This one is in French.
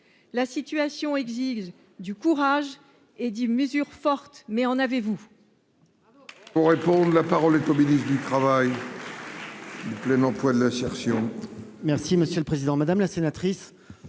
la situation exige du courage et 10 mesures fortes mais on avez-vous.